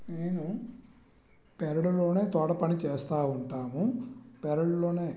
నేను పెరడులోనే తోట పని చేస్తూ ఉంటాను పెరడులోనే